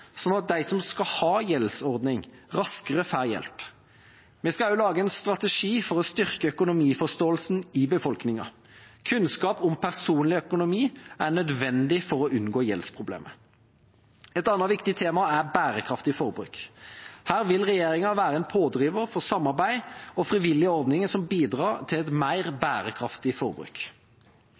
at de som skal ha gjeldsordning, raskere får hjelp. Vi skal også lage en strategi for å styrke økonomiforståelsen i befolkningen. Kunnskap om personlig økonomi er nødvendig for å unngå gjeldsproblemer. Et annet viktig tema er bærekraftig forbruk. Her vil regjeringa være en pådriver for samarbeid og frivillige ordninger som bidrar til et mer bærekraftig forbruk.